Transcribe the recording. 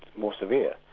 more severe,